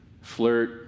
flirt